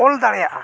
ᱚᱞ ᱫᱟᱲᱮᱭᱟᱜᱼᱟ